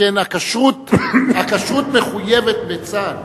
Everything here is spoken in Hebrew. שכן הכשרות מחויבת בצה"ל.